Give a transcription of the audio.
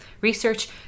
research